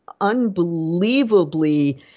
unbelievably